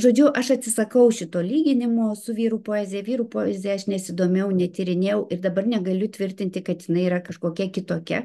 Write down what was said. žodžiu aš atsisakau šito lyginimo su vyrų poezija vyrų poezija aš nesidomėjau netyrinėjau ir dabar negaliu tvirtinti kad jinai yra kažkokia kitokia